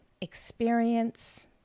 experience